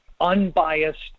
unbiased